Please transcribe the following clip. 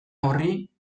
horri